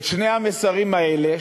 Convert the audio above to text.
את שני המסרים האלה,